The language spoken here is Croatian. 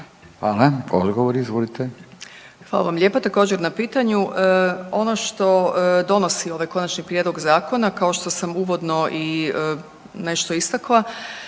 **Mikuš Žigman, Nataša** Hvala lijepa također na pitanju. Ono što donosi ovaj konačni prijedlog zakona kao što sam uvodno nešto istakla